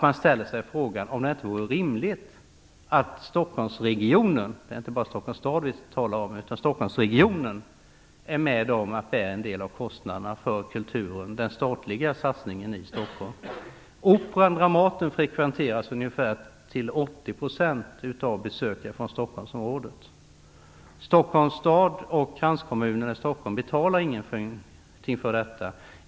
Man ställer sig frågan om det inte vore rimligt att Stockholmsregionen - inte bara Stockholms stad - är med och bär en del av kostnaderna för den statliga satsningen på kulturen i Stockholm. Operan och Dramaten frekventeras till ungefär 80 % av besökare från Stockholmsområdet. Stockholms stad och kranskommunerna betalar ingenting för detta.